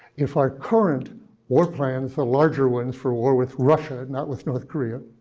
if our current war plan, the larger ones for war with russia, not with north korea,